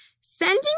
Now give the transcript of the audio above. sending